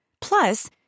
Plus